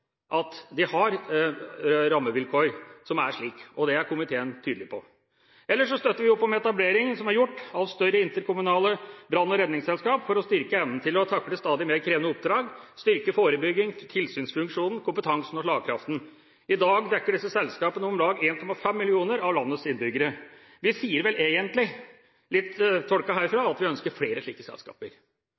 at de har slike rammevilkår, og det er komiteen tydelig på. Ellers støtter vi opp om de etableringene som er gjort av større interkommunale brann- og redningsselskaper, for å styrke evnen til å takle stadig mer krevende oppdrag, styrke forebygging, tilsynsfunksjonen, kompetansen og slagkraften. I dag dekker disse selskapene om lag 1,5 millioner av landets innbyggere. Vi sier vel egentlig – litt tolket herfra – at vi ønsker flere slike selskaper.